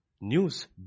news